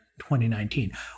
2019